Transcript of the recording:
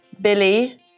Billy